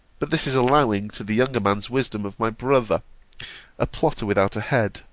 but this is allowing to the young-man's wisdom of my brother a plotter without a head,